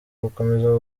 gukomeza